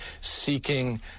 seeking